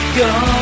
go